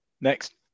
Next